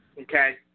Okay